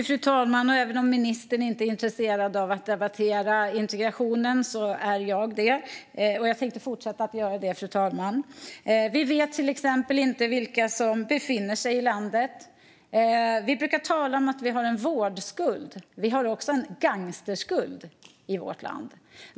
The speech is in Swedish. Fru talman! Även om ministern inte är intresserad av att debattera integrationen är jag det, och jag tänkte fortsätta att göra det. Vi vet till exempel inte vilka som befinner sig i landet. Vi brukar tala om att vi har en vårdskuld, men vi har också en gangsterskuld i vårt land.